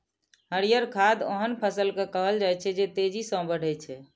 हरियर खाद ओहन फसल कें कहल जाइ छै, जे तेजी सं बढ़ै छै